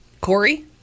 Corey